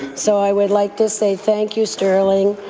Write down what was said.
so, i would like to say thank you, sterling.